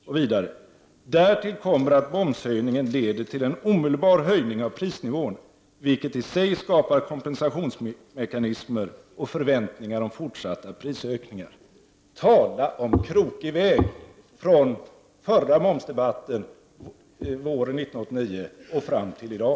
— Och vidare: Därtill kommer att momshöjningen leder till en omedelbar höjning av prisnivån, vilket i sig skapar kompensationsmekanismer och förväntningar om fortsatta prisökningar. Tala om krokig väg från förra momsdebatten våren 1989 och fram till i dag!